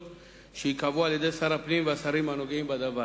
שייקבעו על-ידי שר הפנים והשרים הנוגעים בדבר.